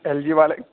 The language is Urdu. ایل جی والے